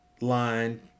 line